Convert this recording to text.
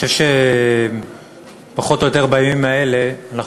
אני חושב שפחות או יותר בימים האלה אנחנו